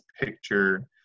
picture